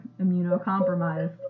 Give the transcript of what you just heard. immunocompromised